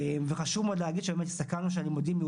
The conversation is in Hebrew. וחשוב מאוד להגיד שהסתכלנו שהלימודים יהיו